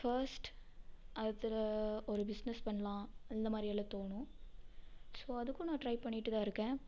first அதில் ஒரு business பண்ணலாம் அந்த மாதிரி எல்லாம் தோணும் ஸோ அதுக்கும் நான் டிரை பண்ணிகிட்டு தான் இருக்கேன்